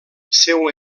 seu